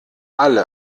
alle